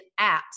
apps